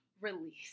release